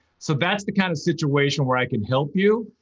so that's the kind of situation where i could help you.